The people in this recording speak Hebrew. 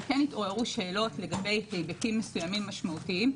אבל כן התעוררו שאלות לגבי היבטים מסוימים משמעותיים.